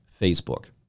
Facebook